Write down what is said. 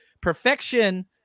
perfection